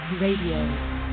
Radio